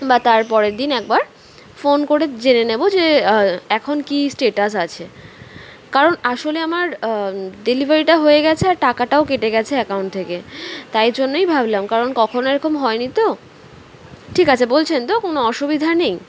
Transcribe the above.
বা তারপরের দিন একবার ফোন করে জেনে নেব যে এখন কী স্টেটাস আছে কারণ আসলে আমার ডেলিভারিটা হয়ে গেছে আর টাকাটাও কেটে গেছে অ্যাকাউন্ট থেকে তাই জন্যই ভাবলাম কারণ কখনও এরকম হয় নি তো ঠিক আছে বলছেন তো কোনো অসুবিধা নেই